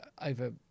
over